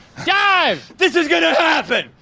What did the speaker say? this is gonna happen.